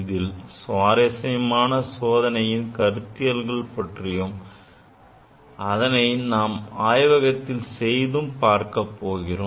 இந்த சுவாரசியமான சோதனையின் கருத்தியல் பற்றியும் அதனை நாம் ஆய்வகத்தில் செய்தும் பார்க்க போகிறோம்